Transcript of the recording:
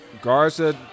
Garza